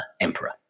emperor